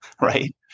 Right